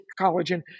collagen